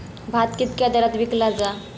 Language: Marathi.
भात कित्क्या दरात विकला जा?